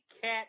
Cat